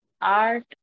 art